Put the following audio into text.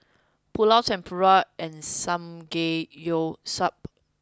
Pulao Tempura and Samgeyopsal